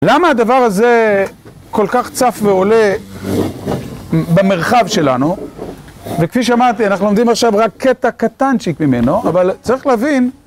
למה הדבר הזה כל כך צף ועולה במרחב שלנו? וכפי שאמרתי, אנחנו לומדים עכשיו רק קטע קטנצ'יק ממנו, אבל צריך להבין...